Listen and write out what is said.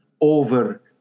over